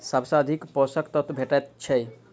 सबसँ अधिक पोसक तत्व भेटय छै?